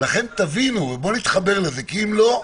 לכן תבינו, ובואו נתחבר לזה, כי אם לא,